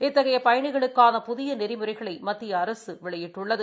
இத்தகைய பயணிகளுக்கான புதிய நெறிமுறைகளை மத்திய அரசு வெளியிட்டுள்ளது